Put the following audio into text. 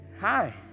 Hi